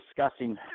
discussing